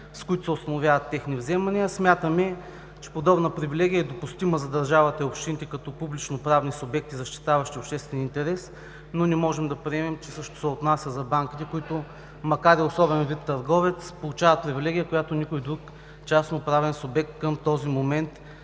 с които се установяват техни вземания. Смятаме, че подобна привилегия е допустима за държавата и общините като публично-правни субекти, защитаващи обществен интерес, но не можем да приемем, че същото се отнася за банките, които макар и особен вид търговец, получават привилегия, която никой друг частно-правен субект към този момент